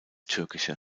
türkische